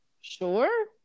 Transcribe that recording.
Sure